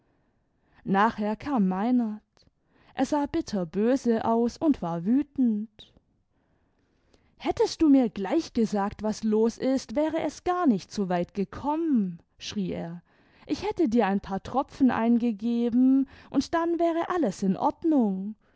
nachher kam meinert er sah bitterböse aus und war wütend hättest du mir gleich gesagt was los ist wäre es gar nicht so weit gekommen schrie er ich hätte dir ein paar tropfen eingegeben und dann wäre alles in ordnung